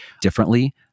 differently